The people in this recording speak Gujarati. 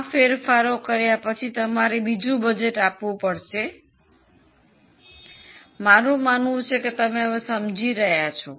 આ ફેરફારો કર્યા પછી તમારે બીજું બજેટ આપવું પડશે મારું માનવું છે કે તમે સમજી રહ્યા છો